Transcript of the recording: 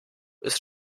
ist